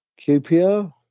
QPO